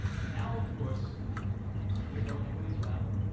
and now of course they're going away, as well.